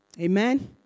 Amen